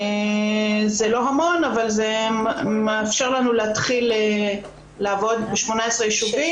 זה לא המון אבל זה מאפשר לנו להתחיל לעבוד ב18 ישובים.